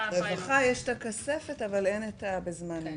רווחה יש כספת אבל אין בזמן אמת.